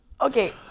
Okay